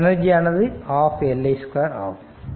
மற்றும் எனர்ஜியானது ½ Li 2ஆகும்